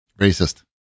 Racist